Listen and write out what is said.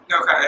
Okay